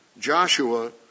Joshua